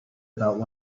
about